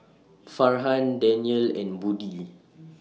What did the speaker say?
Farhan Danial and Budi